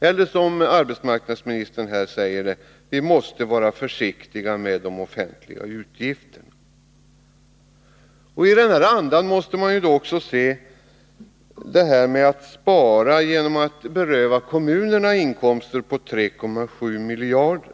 Eller, som arbetsmarknadsministern säger, ”vi måste vara försiktiga med de offentliga utgifterna”. I den andan måste man också se detta att spara genom att beröva kommunerna inkomster på 3,7 miljarder.